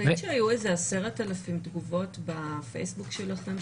נציין שהראו איזה 10,000 תגובות בפייסבוק שלכם,